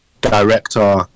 director